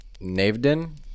Navden